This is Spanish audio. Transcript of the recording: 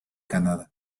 canadá